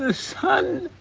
the sun.